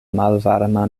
malvarma